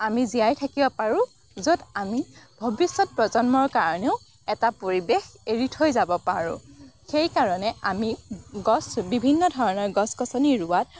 আমি জীয়াই থাকিব পাৰোঁ য'ত আমি ভৱিষ্যত প্ৰজন্মৰ কাৰণেও এটা পৰিৱেশ এৰি থৈ যাব পাৰোঁ সেইকাৰণে আমি গছ বিভিন্ন ধৰণৰ গছ গছনি ৰোৱাত